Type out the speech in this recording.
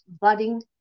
budding